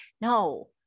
No